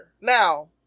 Now